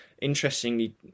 Interestingly